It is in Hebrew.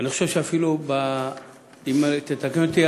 תתקני אותי,